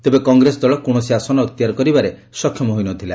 ତେବେ କଂଗ୍ରେସ ଦଳ କୌଣସି ଆସନ ଅକ୍ତିଆର କରିବାରେ ସକ୍ଷମ ହୋଇନଥିଲା